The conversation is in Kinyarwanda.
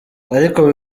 ariko